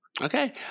okay